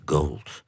Gold